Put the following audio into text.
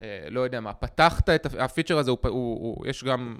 לא יודע מה, פתחת את הפיצ'ר הזה, יש גם...